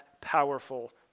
powerful